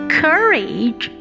courage